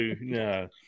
no